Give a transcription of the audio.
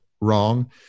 wrong